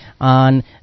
on